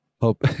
Hope